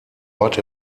ort